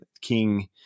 king